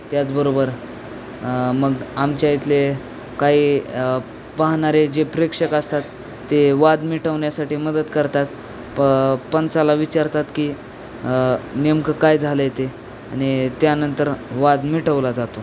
त्याचबरोबर मग आमच्या इथले काही पाहणारे जे प्रेक्षक असतात ते वाद मिटवण्यासाठी मदत करतात प पंचाला विचारतात की नेमकं काय झालं आहे ते आणि त्यानंतर वाद मिटवला जातो